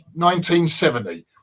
1970